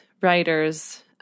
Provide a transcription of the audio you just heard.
writers